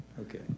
Okay